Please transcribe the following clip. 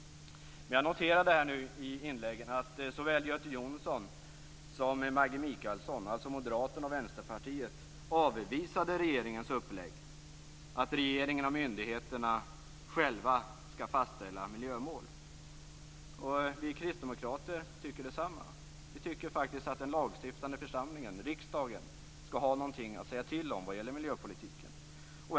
Jag noterade att såväl Göte Jonsson som Maggi Mikaelsson, alltså Moderaterna och Vänsterpartiet, avvisade regeringens uppläggning, att regeringen och myndigheterna själva skall fastställa miljömål. Vi kristdemokrater tycker detsamma. Vi tycker faktiskt att den lagstiftande församlingen, riksdagen, skall ha något att säga till om när det gäller miljöpolitiken.